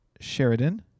Sheridan